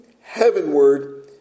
heavenward